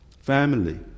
Family